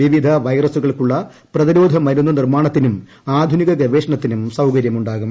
വിവിധ വൈറസുകൾക്കുള്ള പ്രതിരോധ മരുന്ന് നിർമാണത്തിനും ആധുനിക ഗവേഷണത്തിനും സൌകര്യമുണ്ടാകും